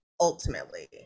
Ultimately